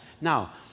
Now